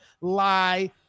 lie